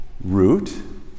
root